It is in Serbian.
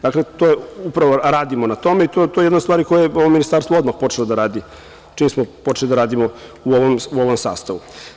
Dakle, upravo radimo na tome i to je jedna od stvari koje je ovo ministarstvo odmah počelo da radi, čim smo počeli da radimo u ovom sastavu.